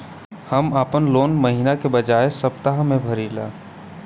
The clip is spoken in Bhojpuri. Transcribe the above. हम आपन लोन महिना के बजाय सप्ताह में भरीला